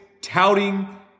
touting